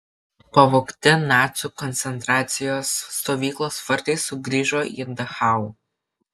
pavogti nacių koncentracijos stovyklos vartai sugrįžo į dachau